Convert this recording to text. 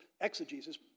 exegesis